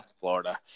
Florida